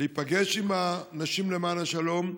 להיפגש עם הנשים למען השלום,